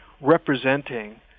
representing